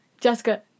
Jessica